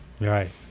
Right